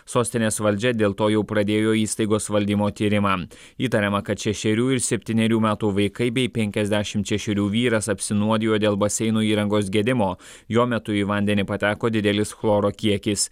sostinės valdžia dėl to jau pradėjo įstaigos valdymo tyrimą įtariama kad šešerių ir septynerių metų vaikai bei penkiasdešimt šešerių vyras apsinuodijo dėl baseinų įrangos gedimo jo metu į vandenį pateko didelis chloro kiekis